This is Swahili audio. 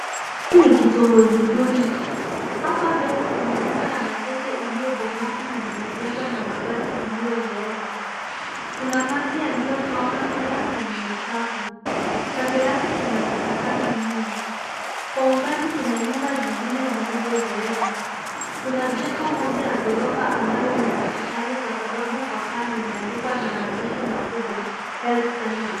Hii ni kitongoji duni. Hapa mbele kuna nyumba ya matope iliyobomoka na limejengwa na mabati iliyozeeka. Kuna maji yaliotwama pia ni machafu. Kando yake kuna takataka mingi. Kwa umbali kuna nyumba zingine zilizozeeka. Kuna jengo moja ya ghorofa ambayo ni hospitali kwa sababu kwa paa limeandikwa na maandishi makubwa Health Center .